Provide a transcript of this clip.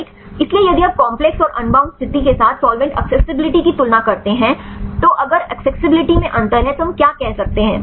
इसलिए यदि आप कॉम्प्लेक्स और अनबाउंड स्थिति के साथ सॉल्वेंट एक्सेसिबिलिटी की तुलना करते हैं तो अगर एक्सेसिबिलिटी में अंतर है तो हम क्या कह सकते हैं